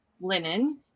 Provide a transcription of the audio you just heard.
linen